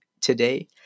today